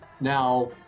Now